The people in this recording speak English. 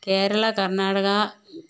Kerala Karnataka